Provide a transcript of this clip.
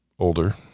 older